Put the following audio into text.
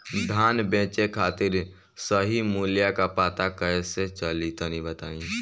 धान बेचे खातिर सही मूल्य का पता कैसे चली तनी बताई?